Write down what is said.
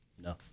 No